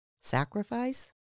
Sacrifice